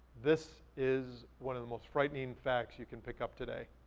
this is one of the most frightening facts you can pick up today.